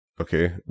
Okay